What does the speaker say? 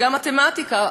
וגם מתמטיקה,